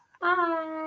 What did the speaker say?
Bye